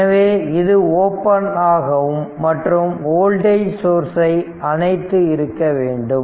எனவே இது ஓபன் ஆகவும் மற்றும் வோல்டேஜ் சோர்ஸ்சை அணைத்து இருக்க வேண்டும்